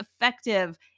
effective